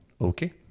Okay